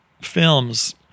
films